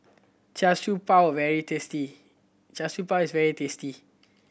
Char Siew Bao very tasty Char Siew Bao is very tasty